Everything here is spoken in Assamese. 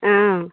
অঁ